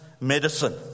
medicine